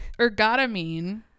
ergotamine